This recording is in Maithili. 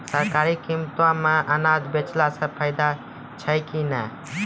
सरकारी कीमतों मे अनाज बेचला से फायदा छै कि नैय?